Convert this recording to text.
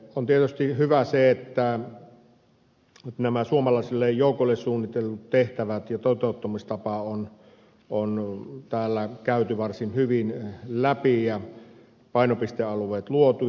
on tietysti hyvä että nämä suomalaisille joukoille suunnitellut tehtävät ja toteuttamistapa on täällä käyty varsin hyvin läpi ja painopistealueet luotu